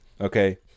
okay